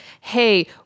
hey